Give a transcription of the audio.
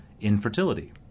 infertility